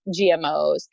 GMOs